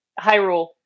Hyrule